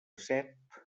set